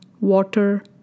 water